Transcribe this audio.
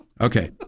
Okay